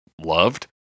loved